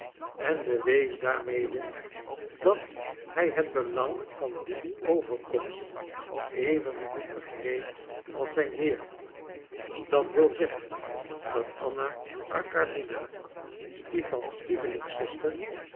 en bewees daarmede dat hij het belang van die overkomst even goed begreep als zijn heer dat wil zeggen dat anna arkadiewna stipan's lievelingszuster